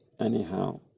anyhow